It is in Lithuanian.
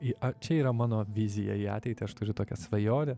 į a čia yra mano vizija į ateitį aš turiu tokią svajonę